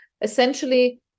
essentially